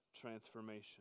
transformation